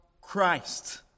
Christ